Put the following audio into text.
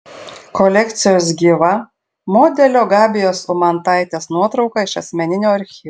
kolekcijos gyva modelio gabijos umantaitės nuotrauka iš asmeninio archyvo